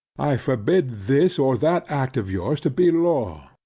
i forbid this or that act of yours to be law.